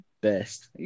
Best